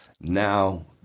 now